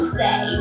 say